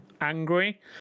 angry